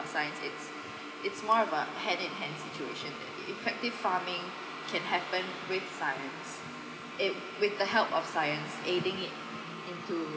science it's it's more of a hand in hand situation that e~ effective farming can happen with science it with the help of science aiding it into